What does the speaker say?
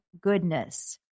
goodness